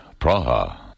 Praha